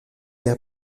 les